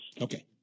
Okay